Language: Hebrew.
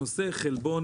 הנושא חלבון